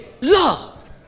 love